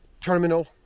terminal